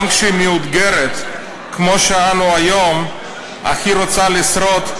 גם כאשר היא מאותגרת כמו שאנו היום אך רוצה לשרוד,